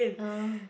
!huh!